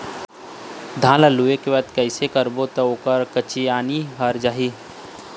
धान ला लुए के बाद कइसे करबो त ओकर कंचीयायिन हर जाही?